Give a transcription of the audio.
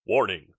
Warning